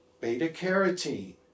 beta-carotene